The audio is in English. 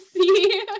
see